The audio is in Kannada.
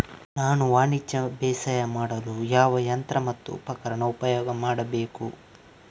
ನಾನು ವಾಣಿಜ್ಯ ಬೇಸಾಯ ಮಾಡಲು ಯಾವ ಯಂತ್ರ ಮತ್ತು ಉಪಕರಣ ಉಪಯೋಗ ಮಾಡಬೇಕು?